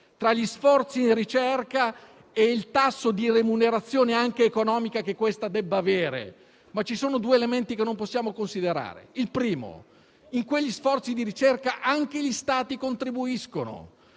tra gli sforzi in ricerca e il tasso di remunerazione anche economica che questa debba avere. Vi sono però due elementi che non possiamo non considerare: il primo è che in quegli sforzi di ricerca anche gli Stati contribuiscono